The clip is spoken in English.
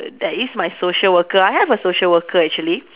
that is my social worker I have a social worker actually